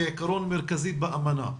לגבי איסור האפליה כעקרון מרכזי באמנה.